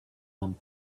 them